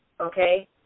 Okay